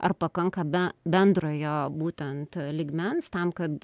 ar pakanka be bendrojo būtent lygmens tam kad